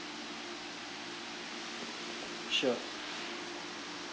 sure